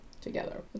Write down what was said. together